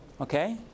Okay